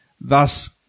Thus